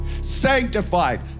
sanctified